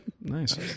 nice